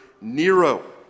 Nero